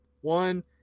One